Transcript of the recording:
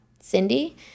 Cindy